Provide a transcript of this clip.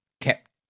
kept